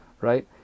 right